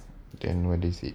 then what is it